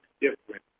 different